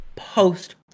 Post